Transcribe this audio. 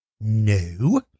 No